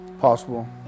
possible